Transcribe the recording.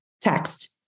text